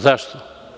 Zašto?